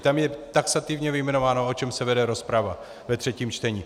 Tam je taxativně vyjmenováno, o čem se vede rozprava ve třetím čtení.